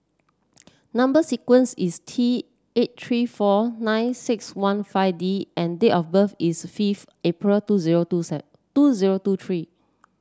number sequence is T eight three four nine six one five D and date of birth is fifth April two zero two two zero two three